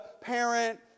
parent